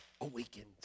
awakened